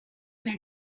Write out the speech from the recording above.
their